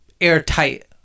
airtight